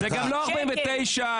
בעד קבלת הסתייגות מספר 51?